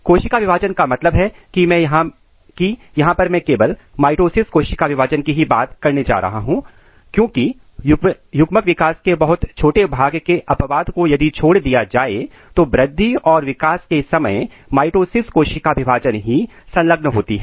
कोशिका विभाजन का मतलब है कि यहां पर मैं केवल माइटोसिस कोशिका विभाजन की ही बात करने जा रहा हूं क्योंकि युग्मक विकास के बहुत छोटे भाग के अपवाद को यदि छोड़ दिया जाए तो वृद्धि और विकास के समय केवल माइटोसिस कोशिका विभाजन ही संलग्न होती हैं